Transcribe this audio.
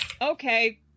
okay